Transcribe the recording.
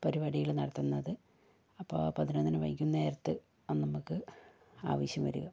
പരിപാടികള് നടത്തുന്നത് അപ്പോൾ പതിനൊന്നിന് വൈകുന്നേരത്ത് നമുക്ക് ആവശ്യം വരിക